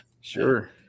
sure